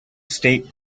state